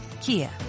Kia